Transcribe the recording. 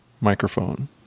microphone